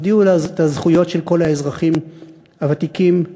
יודיעו את הזכויות של כל האזרחים הוותיקים המאושפזים.